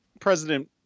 president